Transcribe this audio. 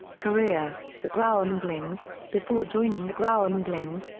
career the groundlings before joining the groundlings,